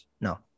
No